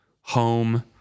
home